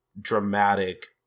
dramatic